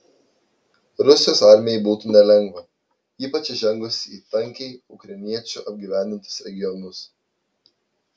rusijos armijai būtų nelengva ypač įžengus į tankiai ukrainiečių apgyvendintus regionus